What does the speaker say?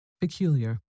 Peculiar